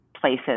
places